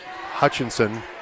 Hutchinson